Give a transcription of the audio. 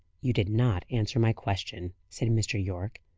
you did not answer my question, said mr. yorke.